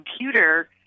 computer